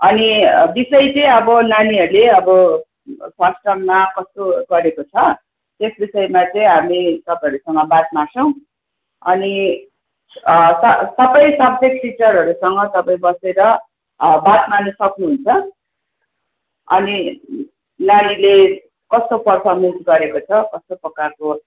अनि विषय चाहिँ अब नानीहरूले अब फर्स्ट टर्ममा कस्तो गरेको छ त्यस विषयमा चाहिँ हामी तपाईँहरूसँग बात मार्छौँ अनि सब सबै सब्जेक्ट टिचरहरूसँग तपाईँ बसेर बात मार्न सक्नुहुन्छ अनि नानीले कस्तो परफर्मेन्स गरेको छ कस्तो प्रकारको